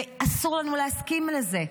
ואסור לנו להסכים לזה,